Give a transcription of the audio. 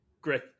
Great